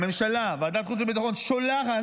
ועדת החוץ והביטחון שולחת,